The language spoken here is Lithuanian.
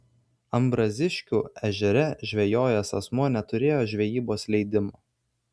ambraziškių ežere žvejojęs asmuo neturėjo žvejybos leidimo